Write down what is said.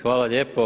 Hvala lijepo.